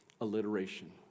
alliteration